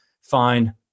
Fine